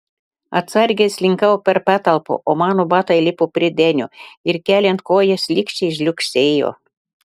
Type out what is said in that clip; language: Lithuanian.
atsargiai slinkau per patalpą o mano batai lipo prie denio ir keliant koją šlykščiai žliugsėjo